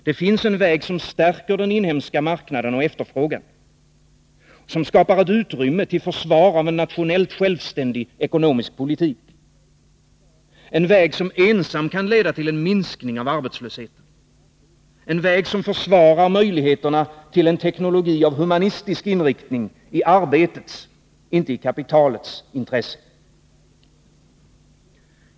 Det finns en väg, som stärker den inhemska marknaden och efterfrågan, som skapar ett utrymme till försvar av en nationellt självständig ekonomisk politik, en väg som ensam kan leda till en minskning av arbetslösheten, en väg som försvarar möjligheterna till en teknologi av humanistisk inriktning i arbetets, inte kapitalets, intresse.